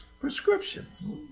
prescriptions